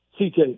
CJ